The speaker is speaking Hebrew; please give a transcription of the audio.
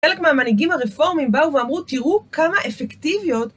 חלק מהמנהיגים הרפורמים באו ואמרו, תראו כמה אפקטיביות.